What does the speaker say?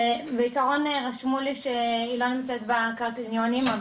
בעיקרון רשמו לי שהיא לא נמצאת בקריטריונים,